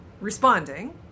responding